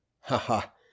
Ha-ha